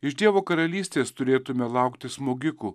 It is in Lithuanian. iš dievo karalystės turėtume laukti smogikų